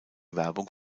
werbung